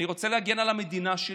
אני רוצה להגן על המדינה שלי,